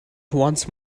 once